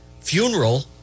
funeral